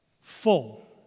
Full